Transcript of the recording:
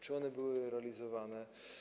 Czy one były realizowane?